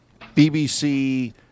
BBC